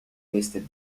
listed